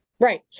Right